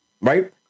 right